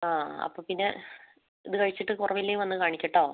ആ അപ്പോൾപ്പിന്നെ ഇത് കഴിച്ചിട്ട് കുറവില്ലേ വന്ന് കാണിക്ക് കേട്ടൊ